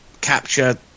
capture